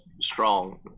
strong